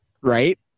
Right